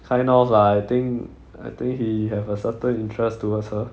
kind of lah I think I think he have a certain interest towards her